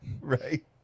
Right